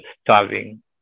starving